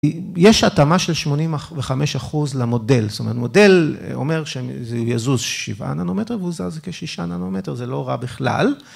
יש התאמה של 85% למודל, זאת אומרת, מודל אומר שזה יזוז 7 ננומטר והוא זז כ-6 ננומטר, זה לא רע בכלל,